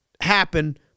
happen